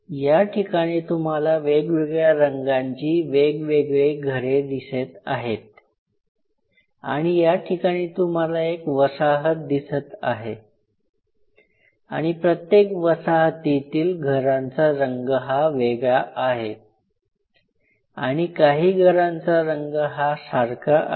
या ठिकाणी तुम्हाला वेगवेगळ्या रंगांची वेगवेगळे घरे दिसत आहे आणि या ठिकाणी तुम्हाला एक वसाहत दिसत आहे आणि प्रत्येक वसाहतीतील घरांचा रंग हा वेगळा आहे आणि काही घरांचा रंग हा सारखा आहे